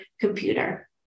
computer